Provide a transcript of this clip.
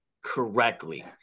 correctly